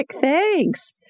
Thanks